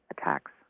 attacks